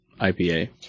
IPA